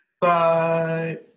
Bye